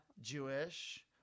Jewish